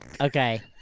Okay